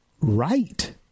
right